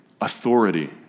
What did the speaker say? authority